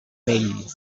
vell